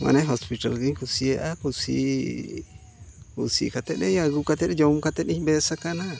ᱢᱟᱱᱮ ᱦᱚᱥᱯᱤᱴᱟᱞ ᱜᱤᱧ ᱠᱩᱥᱤᱭᱟᱜᱼᱟ ᱠᱩᱥᱤ ᱠᱩᱥᱤ ᱠᱟᱛᱮᱫ ᱮ ᱟᱹᱜᱩ ᱠᱟᱛᱮᱫ ᱡᱚᱢ ᱠᱟᱛᱮᱫ ᱤᱧ ᱵᱮᱥ ᱟᱠᱟᱱᱟ